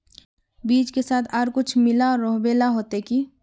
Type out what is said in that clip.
बीज के साथ आर कुछ मिला रोहबे ला होते की?